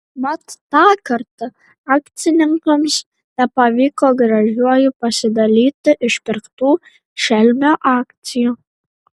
mat tą kartą akcininkams nepavyko gražiuoju pasidalyti išpirktų šelmio akcijų